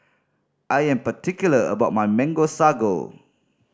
I am particular about my Mango Sago